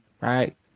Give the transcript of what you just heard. right